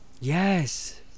Yes